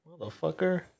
Motherfucker